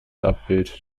abbild